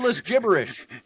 gibberish